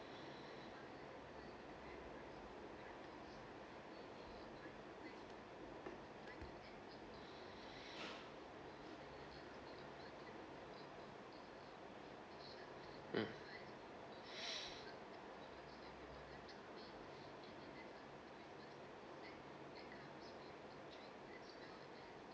mm